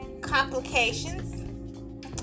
complications